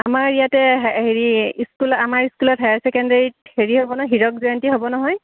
আমাৰ ইয়াতে হেৰি স্কুলত আমাৰ স্কুলত হায়াৰ ছেকেণ্ডেৰিত হেৰি হ'ব নহয় হীৰক জয়ন্তী হ'ব নহয়